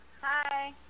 hi